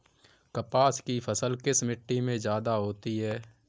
कपास की फसल किस मिट्टी में ज्यादा होता है?